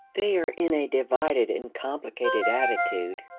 they are in a divided and complicated attitude.